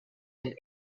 and